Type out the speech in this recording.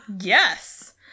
Yes